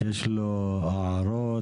ויש להם הערות,